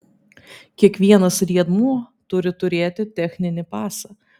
kiekvienas riedmuo turi turėti techninį pasą